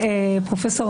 פרופ'